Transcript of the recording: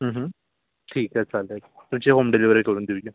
ठीकय चालेल तुमची होम डिलीवरी करून देऊ या